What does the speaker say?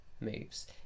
moves